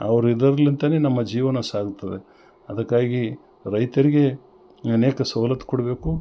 ಅವ್ರು ಇದರ್ಲಿಂತನೇ ನಮ್ಮ ಜೀವನ ಸಾಗ್ತದೆ ಅದಕ್ಕಾಗಿ ರೈತರಿಗೆ ಅನೇಕ ಸವ್ಲತ್ತು ಕೊಡಬೇಕು